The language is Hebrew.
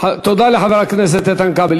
תודה לחבר הכנסת איתן כבל.